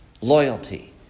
loyalty